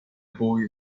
boy